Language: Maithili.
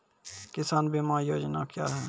किसान बीमा योजना क्या हैं?